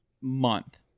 month